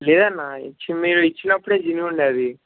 లేదన్న ఇచ్చి మీరు ఇచ్చినప్పుడే చినిగి ఉండే అది